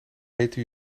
heten